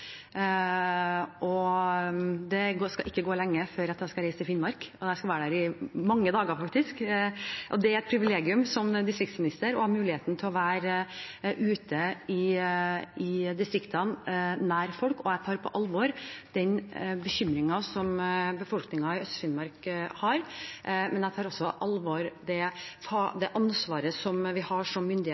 skal ikke gå lenge før jeg reiser til Finnmark, og jeg skal faktisk være der i mange dager. Det er et privilegium som distriktsminister å ha muligheten til å være ute i distriktene – nær folk. Jeg tar på alvor bekymringen som befolkningen i Øst-Finnmark har, og jeg tar også på alvor det ansvaret vi som myndigheter har